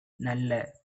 நல்ல